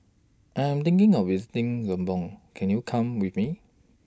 I Am thinking of visiting Lebanon Can YOU Go with Me